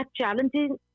challenging